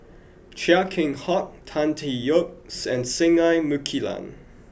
Chia Keng Hock Tan Tee Yoke and Singai Mukilan